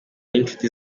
n’inshuti